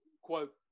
quote